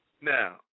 Now